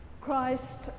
Christ